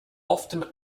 often